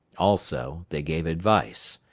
also, they gave advice.